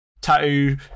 tattoo